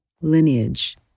lineage